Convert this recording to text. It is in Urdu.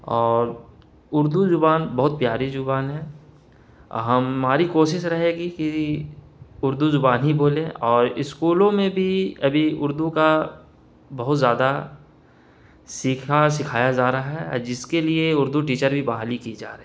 اور اردو زبان بہت پیاری زبان ہے ہم ہماری کوشش رہے گی کہ اردو زبان ہی بولیں اور اسکولوں میں بھی ابھی اردو کا بہت زیادہ سیکھا سکھایا جا رہا ہے اور جس کے لیے اردو ٹیچر بھی بہالی کی جا رہی ہے